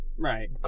Right